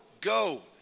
go